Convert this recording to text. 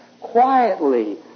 quietly